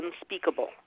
Unspeakable